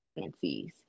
fancies